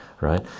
right